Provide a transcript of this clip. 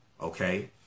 okay